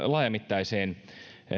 laajamittaiseen